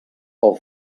pel